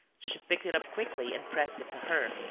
she picked it up quickly and pressed it to her.